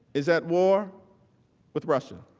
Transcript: is that war with russia.